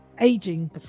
aging